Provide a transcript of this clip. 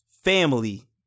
Family